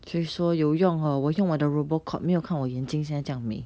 谁说有用 hor 我用我的 RoboCop 没有看我眼镜现在这样美